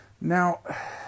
Now